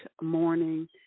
morning